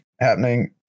happening